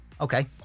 okay